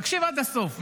תקשיב עד הסוף.